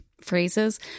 phrases